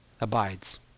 abides